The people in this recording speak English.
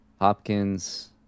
Hopkins